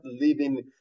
living